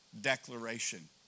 declaration